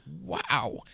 wow